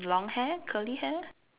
long hair curly hair